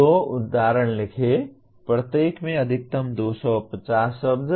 दो उदाहरण लिखें प्रत्येक में अधिकतम 250 शब्द